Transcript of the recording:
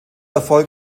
erfolg